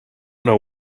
know